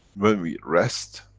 when we rest,